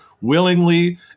willingly